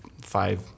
five